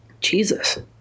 Jesus